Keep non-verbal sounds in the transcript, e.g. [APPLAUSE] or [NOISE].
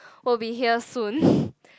will be here soon [BREATH]